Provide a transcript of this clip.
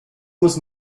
muss